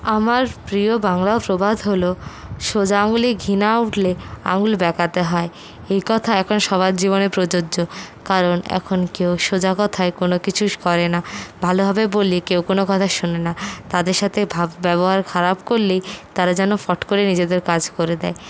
আমার প্রিয় বাংলা প্রবাদ হল সোজা আঙুলে ঘি না উঠলে আঙুল বাঁকাতে হয় একথা এখন সবার জীবনে প্রযোজ্য কারণ এখন কেউ সোজা কোথায় কোনো কিছু করে না ভালো ভাবে বললে কেউ কোনো কথা শোনে না তাদের সাথে ভাব ব্যবহার খারাপ করলেই তারা যেন ফট করে নিজেদের কাজ করে দেয়